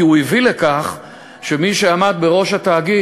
כי הוא הביא לכך שמי שעמד בראש התאגיד,